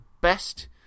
best